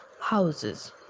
houses